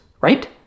right